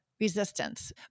resistance